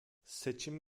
seçim